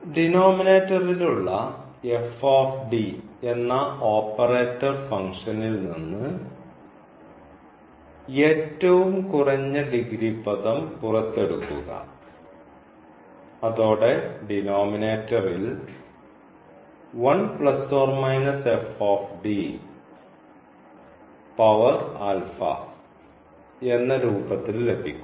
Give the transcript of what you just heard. ഡിനോമിനേറ്ററിലുള്ള എന്ന ഓപ്പറേറ്റർ ഫംഗ്ഷനിൽ നിന്ന് ഏറ്റവും കുറഞ്ഞ ഡിഗ്രി പദം പുറത്തെടുക്കുക അതോടെ ഡിനോമിനേറ്ററിൽ എന്ന രൂപത്തിൽ ലഭിക്കുന്നു